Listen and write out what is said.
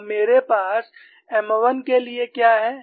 और मेरे पास M1 के लिए क्या है